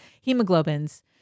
hemoglobin's